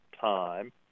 time